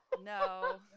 No